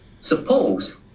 Suppose